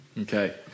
Okay